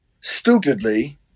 stupidly